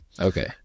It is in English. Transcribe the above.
Okay